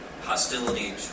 hostility